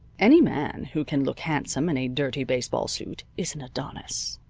any man who can look handsome in a dirty baseball suit is an adonis.